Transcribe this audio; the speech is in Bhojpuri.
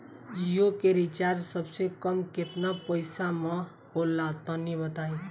जियो के रिचार्ज सबसे कम केतना पईसा म होला तनि बताई?